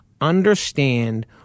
understand